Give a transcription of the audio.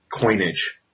coinage